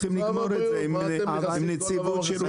הם צריכים לגמור את זה עם נציבות שירות המדינה.